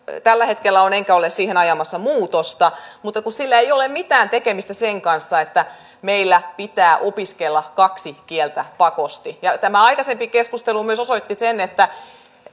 tällä hetkellä enkä ole siihen ajamassa muutosta mutta sillä ei ole mitään tekemistä sen kanssa että meillä pitää opiskella kaksi kieltä pakosti ja tämä aikaisempi keskustelu myös osoitti sen että